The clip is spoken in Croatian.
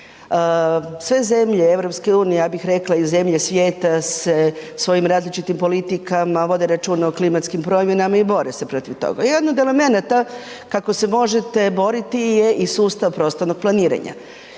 sve zemlje EU, ja bih rekla i zemlje svijeta se svojim različitim politikama vode računa o klimatskim promjenama i bore se protiv toga. Jedan od elemenata kako se možete boriti je i sustav prostornog planiranja.